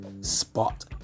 Spot